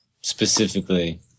specifically